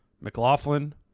McLaughlin